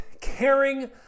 caring